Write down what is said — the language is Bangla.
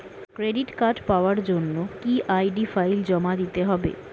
ক্রেডিট কার্ড পাওয়ার জন্য কি আই.ডি ফাইল জমা দিতে হবে?